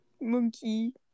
Monkey